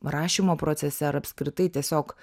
rašymo procese ar apskritai tiesiog